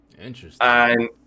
Interesting